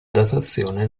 datazione